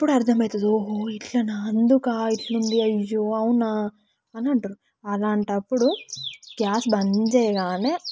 అప్పుడు అర్థమవుతుంది ఓహో ఇట్లన అందుకా ఇట్లుంది అయ్యో అవునా అని అంటారు అలాంటప్పుడు గ్యాస్ బంద్ చేయగానే